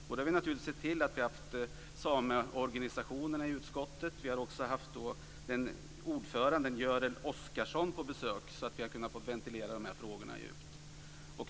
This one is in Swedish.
Vi har naturligtvis sett till att sameorganisationerna kommit till utskottet, och vi har haft ordföranden Görel Oskarsson på besök, så att vi har fått ventilera frågorna djupt.